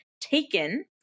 taken